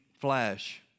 flash